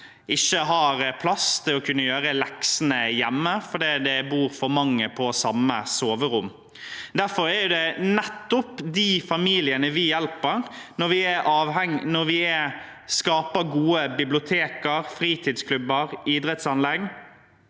ikke har plass til å kunne gjøre leksene hjemme fordi det bor for mange på samme soverom. Derfor er det nettopp de familiene vi hjelper når vi skaper gode biblioteker, fritidsklubber og idrettsanlegg.